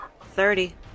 Thirty